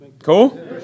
Cool